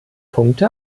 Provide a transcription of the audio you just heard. punkte